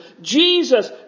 Jesus